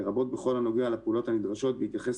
לרבות בכל הנוגע לפעולות הנדרשות בהתייחס